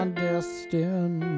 destined